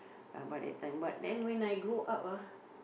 ah but that time but then when I grew up ah